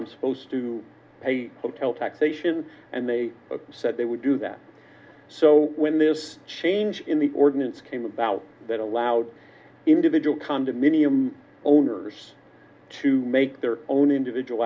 i'm supposed to pay a hotel taxation and they said they would do that so when this change in the ordinance came about that allowed individual condominium owners to make their own individual